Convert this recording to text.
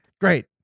Great